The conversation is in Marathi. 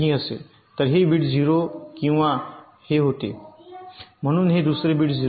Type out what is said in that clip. तर हे बिट 0 किंवा हे होते म्हणून हे दुसरे बिट 0 होते